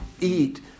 eat